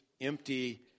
empty